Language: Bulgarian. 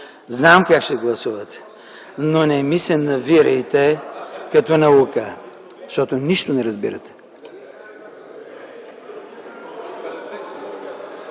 Знам как ще гласувате. Но не ми се изтъквайте като наука. Защото нищо не разбирате.